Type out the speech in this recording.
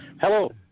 Hello